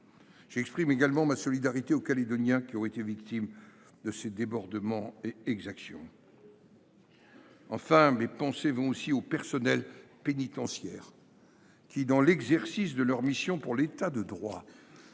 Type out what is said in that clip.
J’exprime également ma solidarité aux Calédoniens qui ont été victimes de ces débordements et exactions. Enfin, mes pensées vont aussi aux membres du personnel pénitentiaire qui, dans l’exercice de leur mission pour l’État de droit,